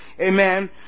Amen